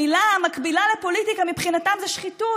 המילה המקבילה לפוליטיקה מבחינתם זה שחיתות,